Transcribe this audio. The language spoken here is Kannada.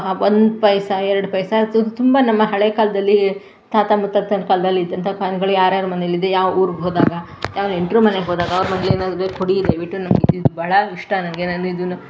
ಒಂದು ಪೈಸಾ ಎರಡು ಪೈಸಾ ತುಂಬ ನಮ್ಮ ಹಳೆ ಕಾಲದಲ್ಲಿ ತಾತ ಮುತ್ತಾತನ ಕಾಲದಲ್ಲಿ ಇದ್ದಂಥ ಕಾಯಿನ್ನುಗಳು ಯಾರ್ಯಾರ ಮನೇಲಿದೆ ಯಾವ ಊರಿಗೆ ಹೋದಾಗ ಯಾವ ನೆಂಟರ ಮನೆಗೋದಾಗ ಅವ್ರ ಮನೇಲಿ ಏನಾದರೂ ಇದ್ದರೆ ಕೊಡಿ ದಯವಿಟ್ಟು ನಮಗೆ ಇದು ಇದು ಭಾಳ ಇಷ್ಟ ನನಗೆ ನಾನಿದನ್ನು